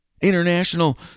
International